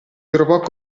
trovò